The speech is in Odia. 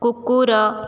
କୁକୁର